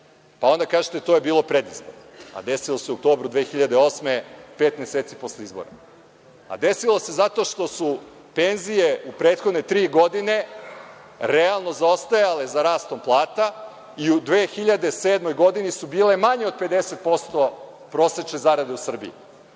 pa onda kažete to je bio predizborno, a desio se u oktobru 2008. godine, pet meseci posle izbora. A desilo se zato što su penzije u prethodne tri godine realno zaostajale za rastom plata i u 2007. godini su bile manje od 50% prosečne zarade u Srbiji,